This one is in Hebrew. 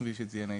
כפי שאיתן ציין.